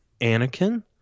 Anakin